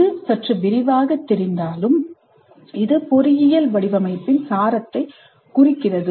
இது சற்று விரிவாகத் தெரிகிறது ஆனால் இது பொறியியல் வடிவமைப்பின் சாரத்தை குறிக்கிறது